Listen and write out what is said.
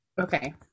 Okay